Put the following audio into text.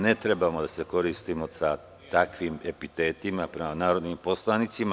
Ne treba da se koristimo sa takvim epitetima prema narodnim poslanicima.